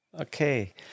Okay